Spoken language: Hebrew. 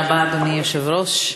תודה רבה, אדוני היושב-ראש.